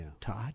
Todd